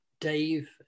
dave